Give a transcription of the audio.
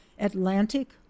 Atlantic